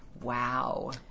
Wow